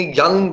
young